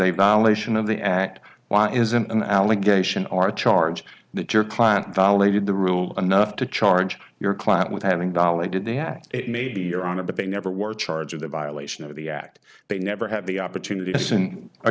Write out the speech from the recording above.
a violation of the act why isn't an allegation are a charge that your client violated the rule enough to charge your client with having dolly did they have it maybe you're on it but they never were charge of the violation of the act they never had the opportunity to sing or